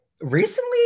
recently